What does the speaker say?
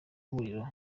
ihuriro